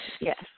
Yes